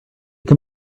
can